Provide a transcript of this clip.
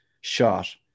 shot